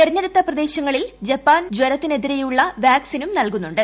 തെരഞ്ഞെടുത്ത പ്രദേശങ്ങളിൽ ജപ്പാൻ ജ്വരത്തിനെതിരെയുള്ള വാക്സിനും നൽകുന്നുണ്ട്